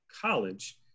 college